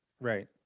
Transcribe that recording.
right